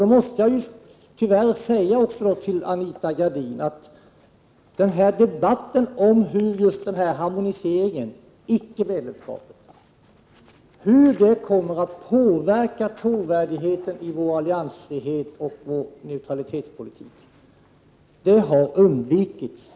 Då måste jag tyvärr säga till Anita Gradin att debatten om hur harmoniseringen — icke-medlemskapet — kommer att påverka trovärdigheten i vår alliansfrihet och vår neutralitetspolitik har man undvikit att gå in på.